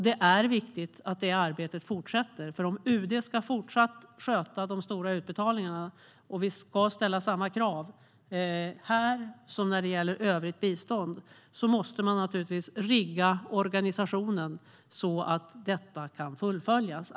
Det är viktigt att det arbetet fortsätter. Om UD fortsatt ska sköta de stora utbetalningarna och vi ska ställa samma krav här som när det gäller övrigt bistånd måste man rigga organisationen så att det kan fullföljas.